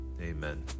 amen